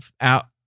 out